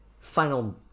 final